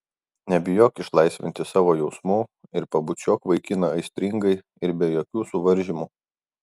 nebijok išlaisvinti savo jausmų ir pabučiuok vaikiną aistringai ir be jokių suvaržymų